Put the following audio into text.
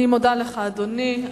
אני מודה לך, אדוני.